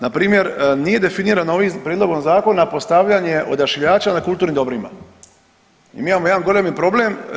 Npr. nije definirano ovim prijedlogom Zakona postavljenje odašiljača na kulturnim dobrima i mi imamo jedan golemi problem.